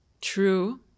true